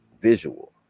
visual